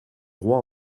roi